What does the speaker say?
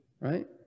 right